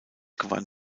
gewann